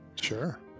sure